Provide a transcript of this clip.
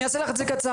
אני אעשה לך את זה קצר.